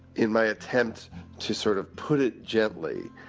in my attempt to sort of put it gently,